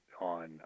on